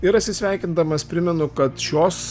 ir atsisveikindamas primenu kad šios